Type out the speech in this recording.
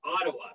Ottawa